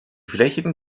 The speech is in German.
flächen